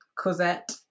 Cosette